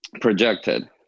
projected